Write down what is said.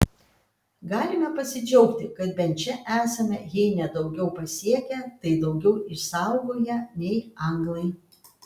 galime pasidžiaugti kad bent čia esame jei ne daugiau pasiekę tai daugiau išsaugoję nei anglai